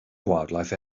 wildlife